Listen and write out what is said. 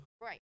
Right